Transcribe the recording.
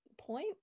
point